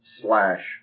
slash